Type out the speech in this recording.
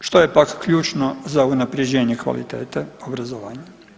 što je pak ključno za unapređenje kvalitete obrazovanja.